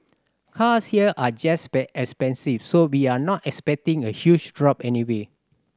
cars here are just by expensive so we are not expecting a huge drop anyway